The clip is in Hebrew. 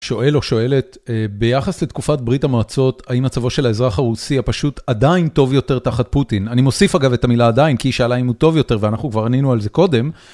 שואל או שואלת, ביחס לתקופת ברית המועצות, האם מצבו של האזרח הרוסי הפשוט עדיין טוב יותר תחת פוטין? אני מוסיף אגב את המילה עדיין, כי היא שאלה אם הוא טוב יותר, ואנחנו כבר ענינו על זה קודם.